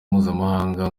mpuzamahanga